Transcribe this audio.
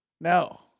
no